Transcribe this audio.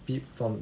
peop~ from